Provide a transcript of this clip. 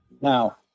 Now